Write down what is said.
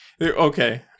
Okay